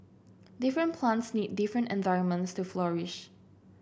different plants need different environments to flourish